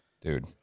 dude